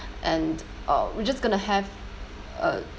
and uh we're just going to have uh